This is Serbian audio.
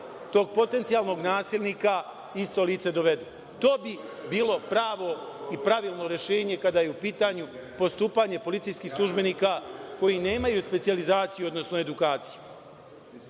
tog potencijalnog nasilnika isto lice dovedu. To bi bilo pravo i pravilno rešenje kada je u pitanju postupanje policijskih službenika koji nemaju specijalizaciju, odnosno edukaciju. Sledeće